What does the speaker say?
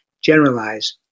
generalize